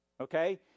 okay